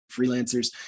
freelancers